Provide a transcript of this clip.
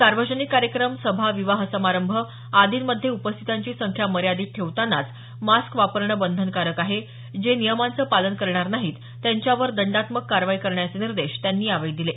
सार्वजनिक कार्यक्रम सभा विवाह समारंभ आदींमध्ये उपस्थितांची संख्या मर्यादीत ठेवतानाच मास्क वापरणं बंधनकारक आहे जे नियमांचं पालन करणार नाहीत त्यांच्यावर दंडात्मक कारवाई करण्याचे निर्देश त्यांनी यावेळी दिले